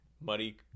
muddy